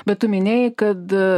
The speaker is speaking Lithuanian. bet tu minėjai kad